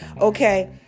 Okay